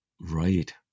Right